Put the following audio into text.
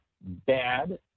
bad